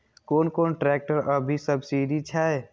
कोन कोन ट्रेक्टर अभी सब्सीडी छै?